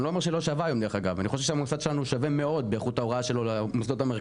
אני מקווה שזה יישאר עם איזה שהוא דגש חזק מאוד על תחילת הדרך,